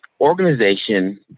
organization